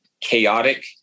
chaotic